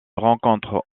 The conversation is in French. rencontrent